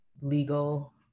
legal